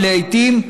ולעיתים,